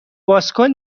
بازکن